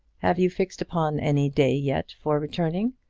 have you fixed upon any day yet for returning?